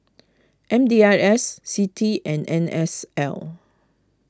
M D I S Citi and N S L